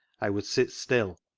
i would sit still,